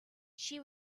she